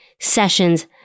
sessions